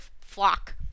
flock